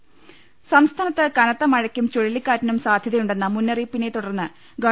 ങ്ങ ൽ സംസ്ഥാനത്ത് കനത്ത മഴയ്ക്കും ചുഴലിക്കാറ്റിനും സാധ്യ തയുണ്ടെന്ന മുന്നറിയിപ്പിനെ തുടർന്ന് ഗവ